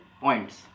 points